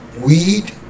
Weed